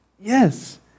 Yes